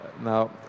Now